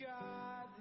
God